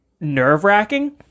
nerve-wracking